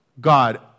God